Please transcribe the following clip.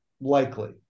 likely